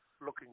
looking